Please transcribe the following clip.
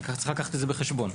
יש לקחת זאת בחשבון.